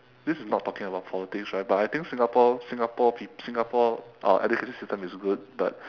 this is not talking about politics right but I think singapore singapore peop~ singapore uh education system is good but